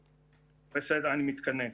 בסדר, אני מתכנס.